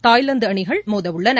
Thailand அணிகள் மோதவுள்ளன